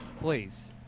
Please